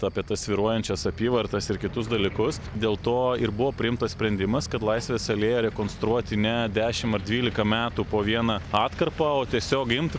apie tas svyruojančias apyvartas ir kitus dalykus dėl to ir buvo priimtas sprendimas kad laisvės alėją rekonstruoti ne dešim ar dvylika metų po vieną atkarpą o tiesiog imt